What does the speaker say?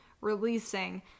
releasing